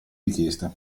richieste